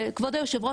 כבוד היושבת ראש,